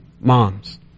Moms